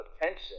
attention